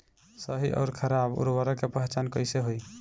सही अउर खराब उर्बरक के पहचान कैसे होई?